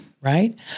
Right